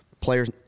players